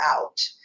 out